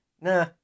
Nah